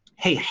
hey,